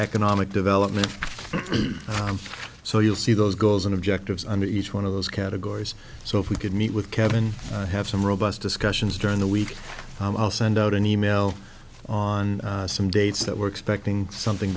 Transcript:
economic development so you'll see those goals and objectives on each one of those categories so if we could meet with kevin have some robust discussions during the week i'll send out an e mail on some dates that we're expecting something